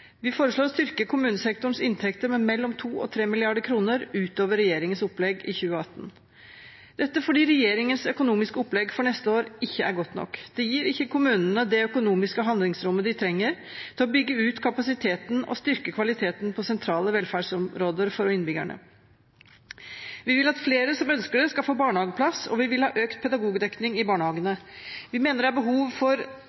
Vi foreslår å styrke kommunesektorens inntekter med mellom 2 mrd. og 3 mrd. kr utover regjeringens opplegg i 2018, dette fordi regjeringens økonomiske opplegg for neste år ikke er godt nok. Det gir ikke kommunene det økonomiske handlingsrommet de trenger til å bygge ut kapasiteten og styrke kvaliteten på sentrale velferdsområder for innbyggerne. Vi vil at flere som ønsker det, skal få barnehageplass, og vi vil ha økt pedagogdekning i